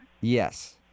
Yes